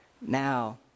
Now